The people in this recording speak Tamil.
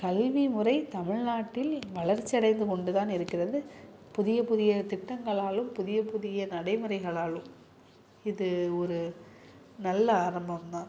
கல்வி முறை தமிழ்நாட்டில் வளர்ச்சி அடைந்து கொண்டு தான் இருக்கிறது புதிய புதிய திட்டங்களாலும் புதிய புதிய நடைமுறைகளாலும் இது ஒரு நல்ல ஆரம்பம் தான்